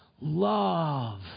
Love